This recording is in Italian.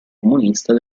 comunista